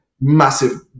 massive